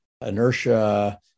inertia